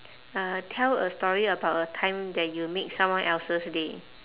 uh tell a story about a time that you made someone else's day